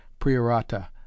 priorata